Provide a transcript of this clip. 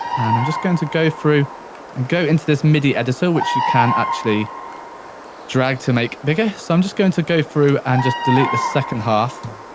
and i'm just going to go through and go into this midi editor, which you can actually drag to make bigger, so i'm just going to go through, and just delete the second half.